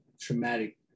traumatic